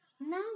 Now